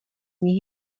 nich